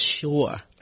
sure